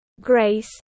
grace